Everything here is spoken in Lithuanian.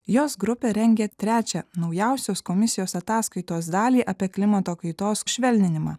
jos grupė rengia trečią naujausios komisijos ataskaitos dalį apie klimato kaitos švelninimą